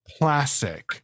classic